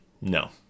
no